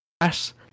ass